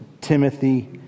Timothy